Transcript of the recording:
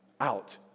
Out